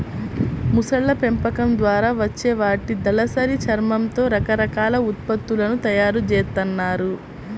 మొసళ్ళ పెంపకం ద్వారా వచ్చే వాటి దళసరి చర్మంతో రకరకాల ఉత్పత్తులను తయ్యారు జేత్తన్నారు